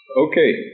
Okay